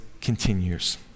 continues